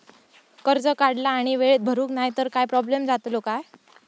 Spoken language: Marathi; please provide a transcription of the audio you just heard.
कर्ज काढला आणि वेळेत भरुक नाय तर काय प्रोब्लेम जातलो काय?